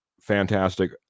fantastic